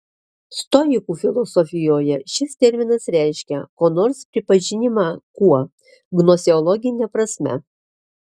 stoikų filosofijoje šis terminas reiškia ko nors pripažinimą kuo gnoseologine prasme